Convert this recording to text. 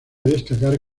destacar